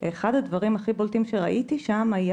אחד הדברים הכי בולטים שראיתי במצגת היה